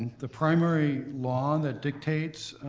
the primary law that dictates